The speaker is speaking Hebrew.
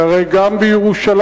שהרי גם בירושלים,